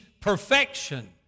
perfection